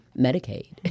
Medicaid